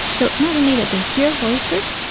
so not only that they hear voices,